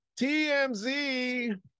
TMZ